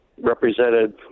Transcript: represented